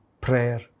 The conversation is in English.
prayer